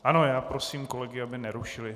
Ano, já prosím kolegy, aby nerušili.